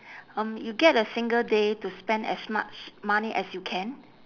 um you get a single day to spend as much money as you can